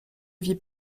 vit